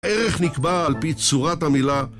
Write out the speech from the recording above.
הערך נקבע על פי צורת המילה